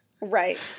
Right